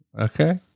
Okay